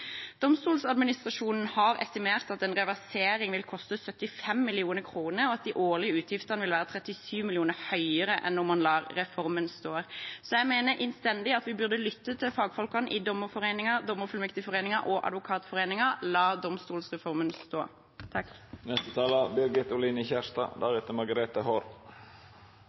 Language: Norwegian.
har estimert at en reversering vil koste 75 mill. kr, og at de årlige utgiftene vil være 37 mill. kr høyere enn om man lar reformen stå. Jeg mener innstendig at vi bør lytte til fagfolkene i Dommerforeningen, Dommerfullmektigforeningen og Advokatforeningen og la domstolsreformen stå.